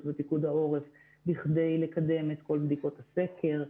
ופיקוד העורף כדי לקדם את כל בדיקות הסקר.